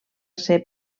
ser